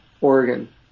Oregon